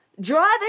driving